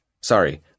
Sorry